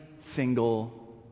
single